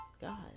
God